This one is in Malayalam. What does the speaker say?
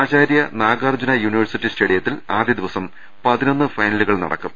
ആചാര്യ നാഗാർജ്ജുന യൂണിവേഴ്സിറ്റി സ്റ്റേഡിയത്തിൽ ആദ്യദിവസം പതിനൊന്ന് ഫൈനലുകൾ നടക്കും